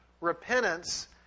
Repentance